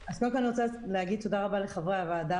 אז קודם כול אני רוצה להגיד תודה רבה לחברי הוועדה